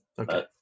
Okay